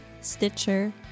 Stitcher